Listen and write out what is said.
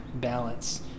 balance